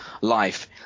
life